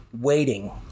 waiting